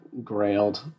grailed